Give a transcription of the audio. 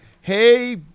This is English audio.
hey